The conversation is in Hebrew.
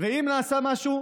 ואם נעשה משהו,